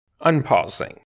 Unpausing